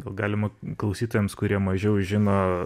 gal galima klausytojams kurie mažiau žino